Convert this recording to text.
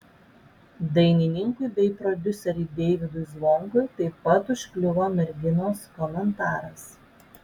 dainininkui bei prodiuseriui deivydui zvonkui taip pat užkliuvo merginos komentaras